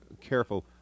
careful